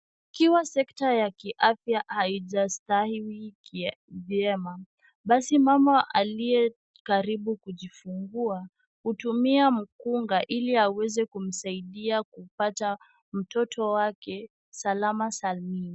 Kila sekta ya kiafya, haijastahili vyema. Basi mama aliyekaribu kujifungua, hutumia mkunga ili aweze kumsaidia kupata mtoto wake, salama salmini.